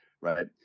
right